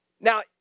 Now